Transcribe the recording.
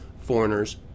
foreigners